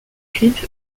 clips